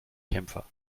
kämpfer